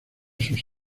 sus